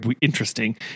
interesting